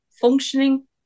functioning